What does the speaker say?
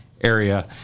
area